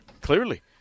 Clearly